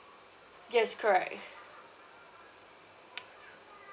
yes correct